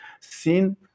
Sin